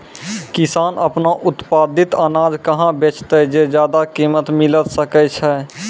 किसान आपनो उत्पादित अनाज कहाँ बेचतै जे ज्यादा कीमत मिलैल सकै छै?